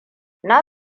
na